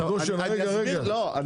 לא גושן, רגע רגע, זה לא פינג פונג.